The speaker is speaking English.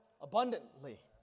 abundantly